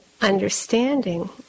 understanding